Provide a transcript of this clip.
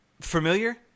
familiar